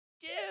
Give